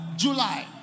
July